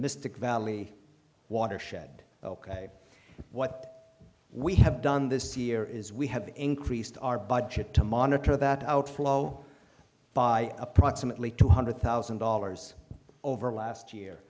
mystic valley watershed ok what we have done this year is we have increased our budget to monitor that outflow by approximately two hundred thousand dollars over last year